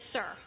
Sir